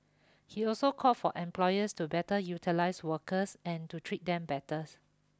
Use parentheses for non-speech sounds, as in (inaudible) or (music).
he also called for employers to better utilize workers and to treat them (unintelligible)